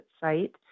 site